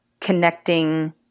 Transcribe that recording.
connecting